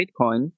Bitcoin